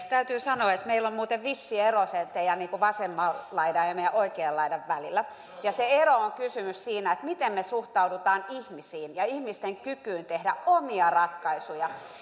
täytyy sanoa että meillä on muuten vissi ero sen teidän vasemman laidan ja meidän oikean laidan välillä ja kysymyksessä on ero siinä miten me suhtaudumme ihmisiin ja ihmisten kykyyn tehdä omia ratkaisuja